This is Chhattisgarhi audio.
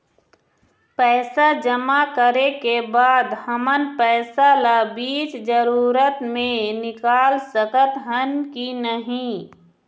पैसा जमा करे के बाद हमन पैसा ला बीच जरूरत मे निकाल सकत हन की नहीं?